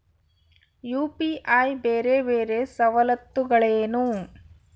UPI ಬೇರೆ ಬೇರೆ ಸವಲತ್ತುಗಳೇನು?